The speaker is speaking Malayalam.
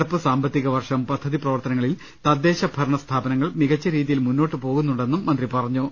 നടപ്പുസാമ്പത്തിക വർഷം പദ്ധതി പ്രവർത്തനങ്ങളിൽ തദ്ദേശഭരണ സ്ഥാപനങ്ങൾ മികച്ച രീതിയിൽ മുന്നോട്ടു പോകുന്നുണ്ടെന്നും മന്ത്രി പറഞ്ഞു